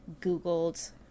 Googled